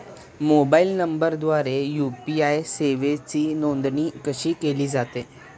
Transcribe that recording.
Mobile नंबरद्वारे UPI सेवेची नोंदणी कशी केली जाते?